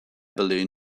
balloon